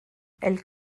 elle